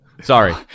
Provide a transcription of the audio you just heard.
Sorry